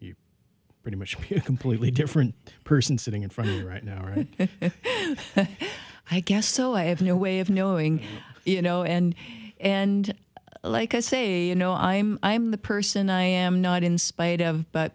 it pretty much completely different person sitting in front right now right i guess so i have no way of knowing you know and and like i say you know i'm i'm the person i am not in spite of but